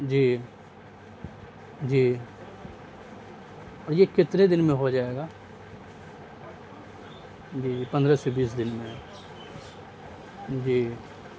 جی جی اور یہ کتنے دن میں ہو جائے گا جی پندرہ سے بیس دن میں جی